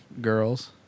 girls